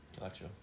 Gotcha